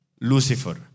Lucifer